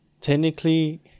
technically